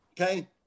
okay